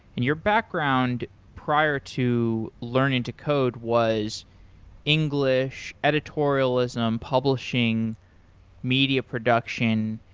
and your background prior to learning to code was english editorialism publishing media production.